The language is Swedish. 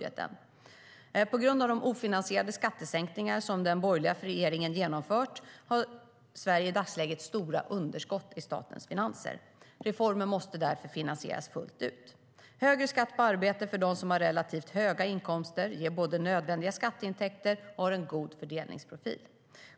På grund av de ofinansierade skattesänkningar som den borgerliga regeringen genomfört har Sverige i dagsläget stora underskott i statens finanser. Reformer måste därför finansieras fullt ut. Högre skatt på arbete för dem som har relativt höga inkomster ger både nödvändiga skatteintäkter och har en god fördelningsprofil.